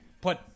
put